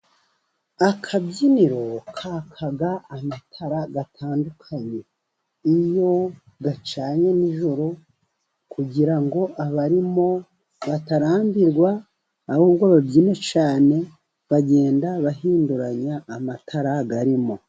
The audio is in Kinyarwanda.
Akabyiniro kakaga amatara atandukanye iyo acanye nijoro, kugira ngo abarimo batarambirwa ahubwo babyine cyane ,bagenda bahinduranya amatara arimo.